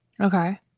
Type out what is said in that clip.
Okay